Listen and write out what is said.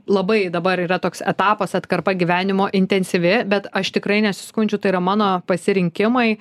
labai dabar yra toks etapas atkarpa gyvenimo intensyvi bet aš tikrai nesiskundžiu tai yra mano pasirinkimai